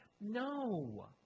No